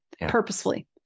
purposefully